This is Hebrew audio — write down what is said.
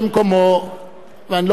ואני לא רוצה שאף אחד ירוץ,